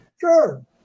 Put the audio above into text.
Sure